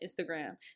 Instagram